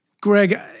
Greg